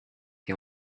qui